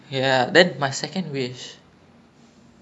so like they got certain technique for that lah I'm guessing